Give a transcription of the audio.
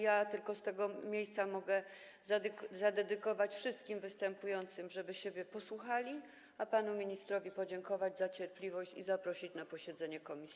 Ja tylko z tego miejsca mogę zalecić wszystkim występującym, żeby siebie posłuchali, a panu ministrowi podziękować za cierpliwość i zaprosić go na posiedzenie komisji.